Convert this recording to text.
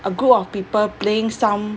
a group of people playing some